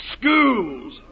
schools